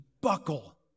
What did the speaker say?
buckle